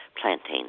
plantain